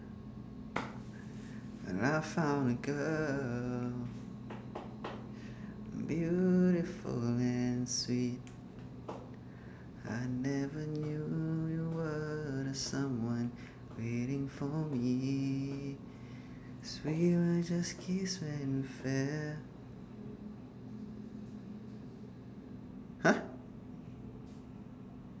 and I found a girl beautiful and sweet I never knew you were the someone waiting for me sweet I just kiss and fair !huh!